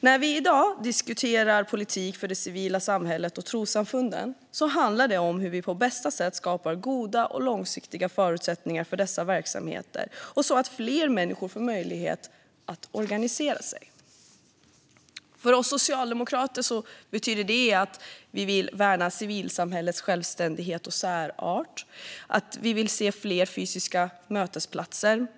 När vi i dag diskuterar politik för det civila samhället och trossamfunden handlar det om hur vi på bästa sätt skapar goda och långsiktiga förutsättningar för dessa verksamheter så att fler människor får möjlighet att organisera sig. För oss socialdemokrater betyder det att vi vill värna civilsamhällets självständighet och särart. Vi vill se fler fysiska mötesplatser.